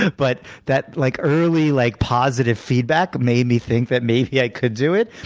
but that like early like positive feedback made me think that maybe i could do it.